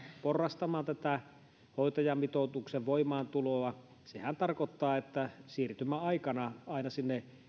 porrastamaan tätä hoitajamitoituksen voimaantuloa niin sehän tarkoittaa että siirtymäaikana aina sinne